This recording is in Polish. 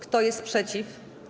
Kto jest przeciw?